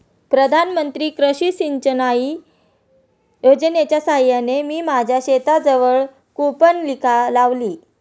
प्रधानमंत्री कृषी सिंचाई योजनेच्या साहाय्याने मी माझ्या शेताजवळ कूपनलिका लावली